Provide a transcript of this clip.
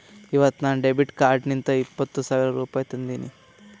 ಇವತ್ ನಾ ಡೆಬಿಟ್ ಕಾರ್ಡ್ಲಿಂತ್ ಇಪ್ಪತ್ ಸಾವಿರ ರುಪಾಯಿ ತಂದಿನಿ